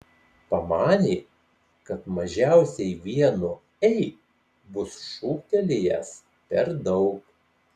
pamanė kad mažiausiai vienu ei bus šūktelėjęs per daug